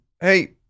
hey